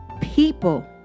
people